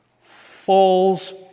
falls